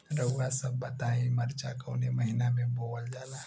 रउआ सभ बताई मरचा कवने महीना में बोवल जाला?